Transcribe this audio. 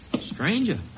Stranger